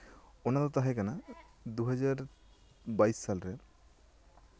ᱚᱱᱟ ᱫᱚ ᱛᱟᱦᱮᱸ ᱠᱟᱱᱟ ᱫᱩ ᱦᱟᱡᱟᱨ ᱵᱟᱭᱤᱥ ᱥᱟᱞᱨᱮ